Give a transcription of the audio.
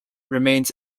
remains